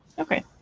Okay